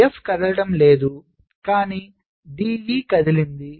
F కదలడం లేదు కానీ D E కదిలింది